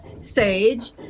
sage